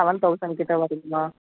seven thousand கிட்ட வருமா